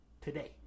today